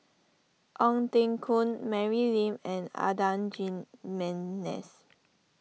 Ong Teng Koon Mary Lim and Adan Jimenez